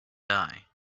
die